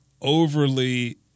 overly